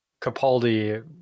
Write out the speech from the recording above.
capaldi